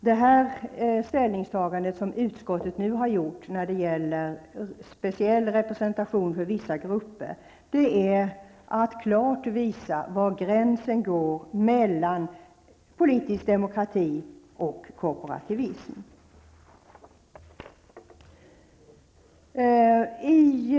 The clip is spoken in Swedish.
Det ställningstagande som utskottet nu har gjort när det gäller speciell representation för vissa grupper visar klart var gränsen mellan politisk demokrati och korporativism går.